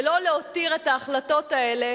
ולא להותיר את ההחלטות האלה